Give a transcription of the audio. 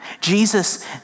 Jesus